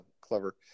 clever